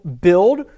build